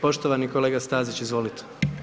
Poštovani kolega Stazić, izvolite.